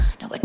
no